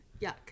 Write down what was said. Yuck